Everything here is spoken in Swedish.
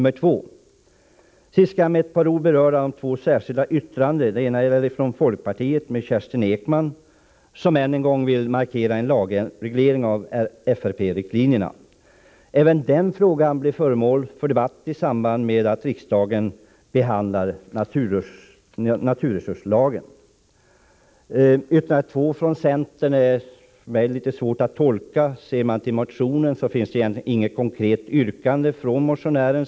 Till sist vill jag med några ord beröra de två särskilda yttranden som finns fogade till utskottsbetänkandet. Det ena yttrandet är från folkpartiet. Kerstin Ekman vill än en gång markera kravet om en lagreglering av riktlinjerna i den fysiska riksplaneringen. Även den frågan blir föremål för debatt i samband med att riksdagen behandlar naturresurslagen. Yttrande nr 2 från centern är svårt att tolka. I motionen finns egentligen inget konkret yrkande från motionären.